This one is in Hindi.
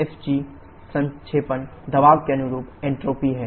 Pc जहां sfg संक्षेपण दबाव के अनुरूप एन्ट्रापी है